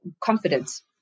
confidence